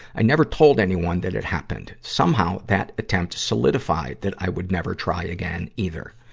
i never told anyone that it happened. somehow, that attempt solidified that i would never try again, either.